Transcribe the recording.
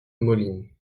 moline